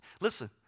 listen